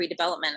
redevelopment